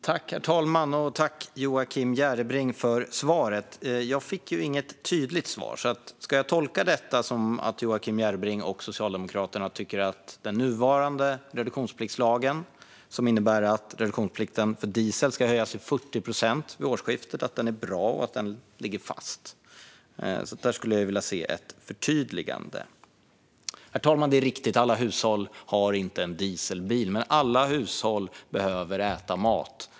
Herr talman! Tack, Joakim Järrebring, för svaret! Jag fick inget tydligt svar. Ska jag tolka detta som att Joakim Järrebring och Socialdemokraterna tycker att den nuvarande reduktionspliktslagen, som innebär att reduktionsplikten för diesel ska höjas till 40 procent vid årsskiftet, är bra och ligger fast? Där skulle jag vilja se ett förtydligande. Herr talman! Det är riktigt att alla hushåll inte har dieselbil. Men alla hushåll behöver äta mat.